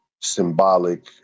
symbolic